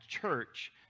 church